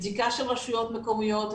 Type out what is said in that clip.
בדיקה של רשויות מקומיות.